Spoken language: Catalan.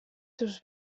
seus